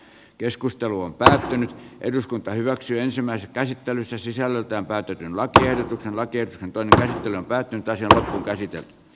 keskustelu on pysähtynyt eduskunta hyväksyi ensimmäisen käsittelyssä sisällöltään päätyttyä lakiehdotuksen laatia tähtelän päätöntä ja äidit ja